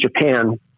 Japan